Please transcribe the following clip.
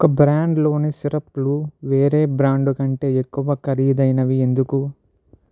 ఒక బ్రాండ్లోని సిరప్లు వేరే బ్రాండు కంటే ఎక్కువ ఖరీదైనవి ఎందుకు